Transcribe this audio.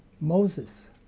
Moses